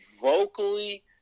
vocally